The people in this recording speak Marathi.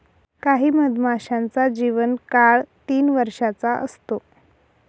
काही मधमाशांचा जीवन काळ तीन वर्षाचा असतो